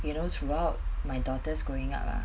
you know throughout my daughter's growing up ah